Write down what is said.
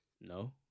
No